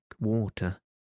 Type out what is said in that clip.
water